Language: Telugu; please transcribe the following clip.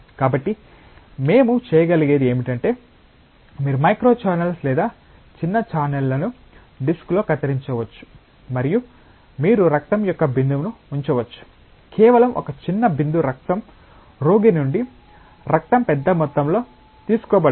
కాబట్టి మేము చేయగలిగేది ఏమిటంటే మీరు మైక్రో ఛానెల్స్ లేదా చిన్న ఛానెల్లను డిస్క్లో కత్తిరించవచ్చు మరియు మీరు రక్తం యొక్క బిందువును ఉంచవచ్చు కేవలం ఒక చిన్న బిందు రక్తం రోగి నుండి రక్తం పెద్ద మొత్తంలో తీసుకోబడదు